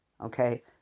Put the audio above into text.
Okay